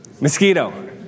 Mosquito